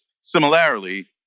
similarly